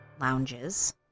lounges